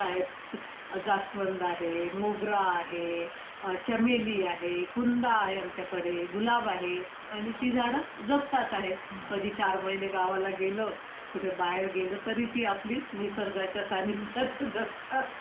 काय ज जास्वंद आहे मोगरा आहे चमेली आहे कुंद आहे आमच्याकडे गुलाब आहे आणि ती झाडं जगतात आहे कधी चार महिने गावाला गेलं कुठे बाहेर गेलं तरी ती आपली निसर्गाच्या सान्निध्यात जगतात